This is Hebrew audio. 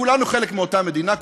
כולנו חלק מאותה מדינה,